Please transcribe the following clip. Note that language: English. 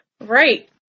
Right